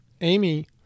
Amy